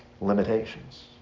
limitations